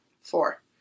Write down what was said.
Four